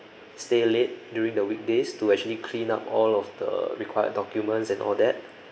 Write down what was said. stay late during the weekdays to actually clean up all of the required documents and all that